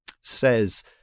says